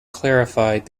clarified